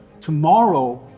tomorrow